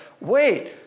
Wait